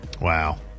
wow